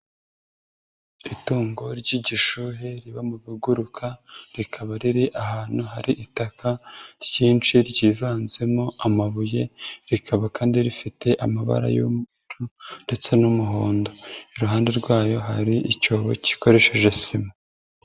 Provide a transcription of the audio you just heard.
Itungo ry'igishuhe riba mu biguruka, rikaba riri ahantu hari itaka ryinshi ryivanzemo amabuye, rikaba kandi rifite amabara y'umweru ndetse n'umuhondo. Iruhande rwayo hari icyobo gikoresheje sima.